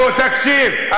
תקשיב.